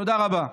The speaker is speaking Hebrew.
תודה רבה.